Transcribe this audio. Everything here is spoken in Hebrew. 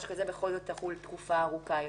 בכל זאת תחול תקופה ארוכה יותר.